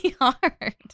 hard